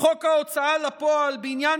ההוצאה לפועל (תיקון,